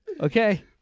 Okay